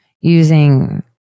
using